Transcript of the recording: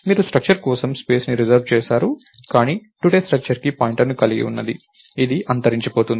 మీరు స్ట్రక్చర్ కోసం స్పేస్ ని రిజర్వ్ చేసారు కానీ టుడే స్ట్రక్చర్కు పాయింటర్ని కలిగి ఉన్నది ఇది అంతరించిపోతుంది